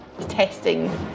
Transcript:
testing